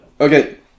Okay